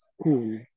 school